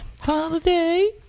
Holiday